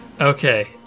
Okay